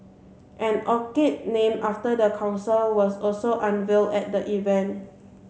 an orchid named after the council was also unveil at the event